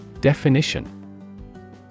Definition